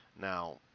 Now